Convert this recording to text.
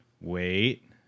wait